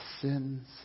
sins